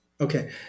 Okay